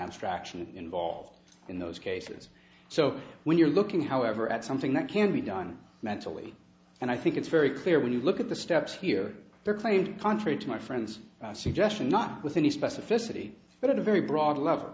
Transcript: abstraction involved in those cases so when you're looking however at something that can be done mentally and i think it's very clear when you look at the steps here they're claimed contrary to my friend's suggestion not with any specificity but at a very broad love